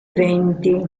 venti